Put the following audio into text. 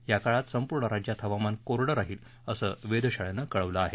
या काळात संपूर्ण राज्यात हवामान कोरडं राहील असं वेधशाळेनं कळवलं आहे